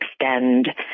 extend